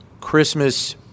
Christmas